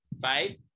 fight